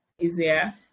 easier